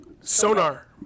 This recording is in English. Sonar